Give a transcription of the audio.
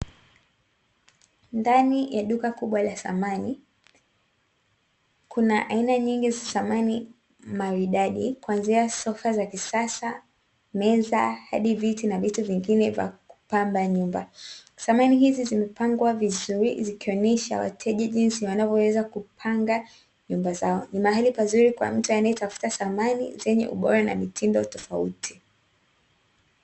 Ndani ya duka kubwa la samani, kuna aina nyingi za samani maridadi, kuanzia sofa za kisasa, meza hadi viti na vitu vingine vya kupamba nyumba. Samani hizi zimepangwa vizuri zikionyesha wateja jinsi wanavyoweza kupanga nyumba zao. Ni mahali pazuri kwa mtu anayetafuta samani zenye ubora na mitindo tofauti.